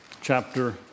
chapter